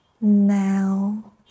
Now